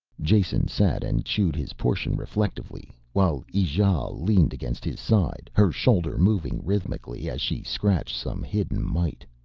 jason sat and chewed his portion reflectively while ijale leaned against his side, her shoulder moving rhythmically as she scratched some hidden mite.